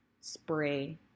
spray